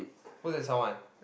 who they sound one